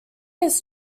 his